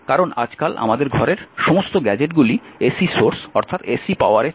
কারণ আজকাল আমাদের ঘরের সমস্ত গ্যাজেটগুলিই এসি সোর্স অর্থাৎ এসি পাওয়ারে চলে